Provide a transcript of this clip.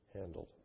handled